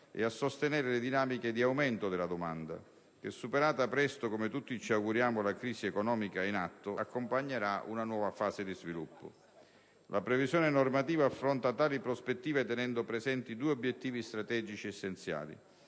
è il nostro, e le dinamiche di aumento della domanda che, superata presto come tutti ci auguriamo la crisi economica in atto, accompagnerà una nuova fase di sviluppo. La previsione normativa affronta tali prospettive tenendo presenti due obiettivi strategici essenziali: